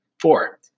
Four